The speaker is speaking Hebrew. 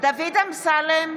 דוד אמסלם,